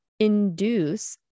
induce